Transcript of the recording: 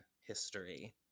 history